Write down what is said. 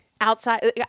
outside